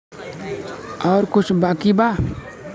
और कुछ बाकी बा?